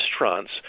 restaurants